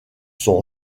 sont